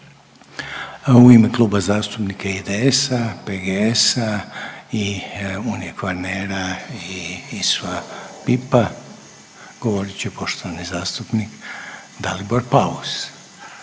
U ime Kluba zastupnika IDS-a, PGS-a i Unije Kvarnera i ISU-PIP-a, govorit će poštovani zastupnik Dalibor Paus.